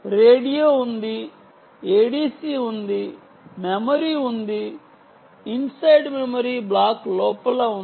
radio ఉంది ADC ఉంది memory ఉంది inside మెమరీ బ్లాక్ లోపల ఉంది